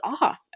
off